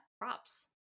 Props